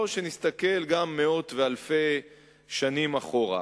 או שנסתכל גם מאות ואלפים של שנים אחורה.